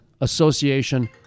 Association